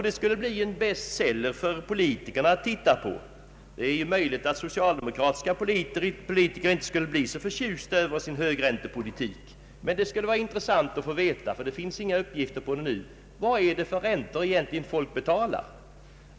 Det skulle nog bli en bestseller för politikerna att titta på. Det är möjligt att de socialdemokratiska politikerna inte skulle bli så förtjusta över sin högräntepolitik. Men det skulle vara intressant att få veta, ty det finns inga uppgifter därom nu. Vad är det för räntor som folk betalar?